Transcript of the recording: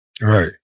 Right